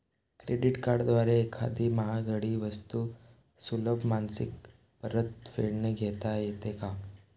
Credit कार्डद्वारे एखादी महागडी वस्तू सुलभ मासिक परतफेडने घेता येते का?